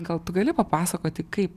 gal tu gali papasakoti kaip